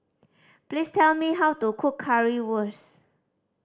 please tell me how to cook Currywurst